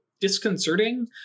disconcerting